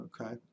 okay